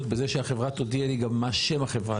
בזה שהחברה תודיע לי גם מה שם החברה?